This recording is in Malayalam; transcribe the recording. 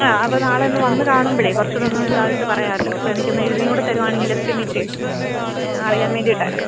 ആ അപ്പോൾ നാളൊന്ന് വന്ന് കാണുമ്പോഴെ കുറച്ചുടൊന്ന് ഇതായിട്ട് പറയാലോ അപ്പോൾ എനിക്കൊന്ന് എഴുതീംകൂടെ തരുവാണെങ്കിലെസ്റ്റിമേറ്റ് അറിയാൻ വേണ്ടീട്ടായിരുന്നു